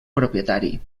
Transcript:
propietari